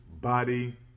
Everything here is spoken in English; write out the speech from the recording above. Body